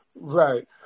right